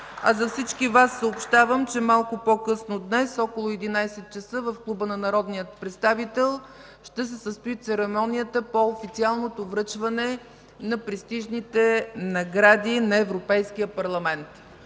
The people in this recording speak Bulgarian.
А за всички Вас съобщавам, че малко по-късно днес, около 11,00 ч., в Клуба на народния представител ще се състои церемонията по официалното връчване на престижните награди на Европейския парламент.